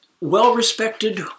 well-respected